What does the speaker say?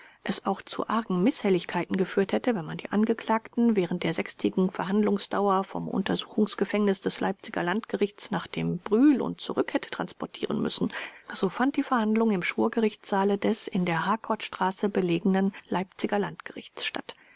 es auch zu argen mißhelligkeiten geführt hätte wenn man die angeklagten während der sechstägigen verhandlungsdauer vom untersuchungsgefängnis des leipziger landgerichts nach dem brühl und zurück hätte transportieren müssen so fand die verhandlung im schwurgerichtssaale des in der harkortstraße belegenen leipziger landgerichts statt